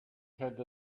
had